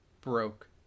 broke